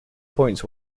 points